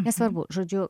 nesvarbu žodžiu